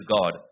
God